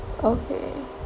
okay